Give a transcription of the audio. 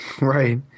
Right